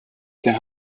der